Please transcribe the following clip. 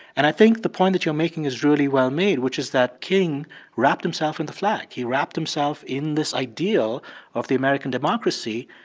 and i think the point that you're making is really well-made, which is that king wrapped himself in the flag. he wrapped himself in this ideal of the american democracy.